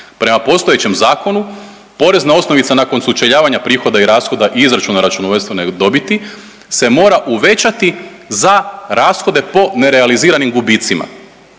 Prema postojećem zakonu porezna osnovica nakon sučeljavanja prihoda i rashoda i izračuna računovodstvene dobiti se mora uvećati za rashode po nerealiziranim gubicima